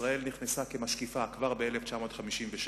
ישראל נכנסה כמשקיפה כבר ב-1957,